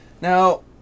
Now